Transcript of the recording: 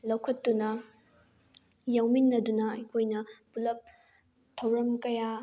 ꯂꯧꯈꯠꯇꯨꯅ ꯌꯥꯎꯃꯤꯟꯅꯗꯨꯅ ꯑꯩꯈꯣꯏꯅ ꯄꯨꯂꯞ ꯊꯧꯔꯝ ꯀꯌꯥ